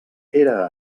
era